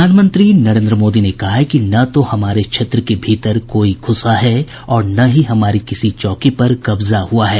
प्रधानमंत्री नरेन्द्र मोदी ने कहा है कि न तो हमारे क्षेत्र के भीतर कोई घुसा है और न ही हमारी किसी चौकी पर कब्जा हुआ है